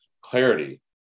clarity